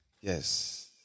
Yes